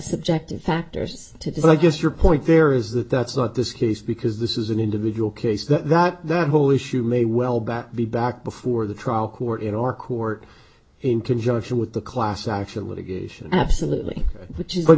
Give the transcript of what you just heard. subjective factors to decide i guess your point there is that that's not this case because this is an individual case that that the whole issue may well back be back before the trial court in our court in conjunction with the class action litigation